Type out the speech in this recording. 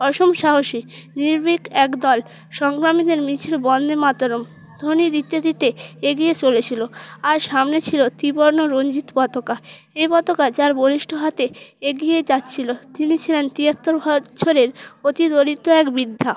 অসম সাহসী নির্ভীক একদল সংগ্রামীদের মিছিল বন্দেমাতরম ধ্বনি দিতে দিতে এগিয়ে চলেছিল আর সামনে ছিল ত্রিবর্ণ রঞ্জিত পতাকা এই পতাকা যার বলিষ্ঠ হাতে এগিয়ে যাচ্ছিল তিনি ছিলেন তিয়াত্তর বছরের অতি দরিদ্র এক বৃদ্ধা